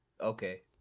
okay